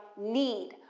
need